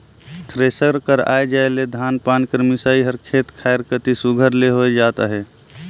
thresher कर आए जाए ले धान पान कर मिसई हर खेते खाएर कती सुग्घर ले होए जात अहे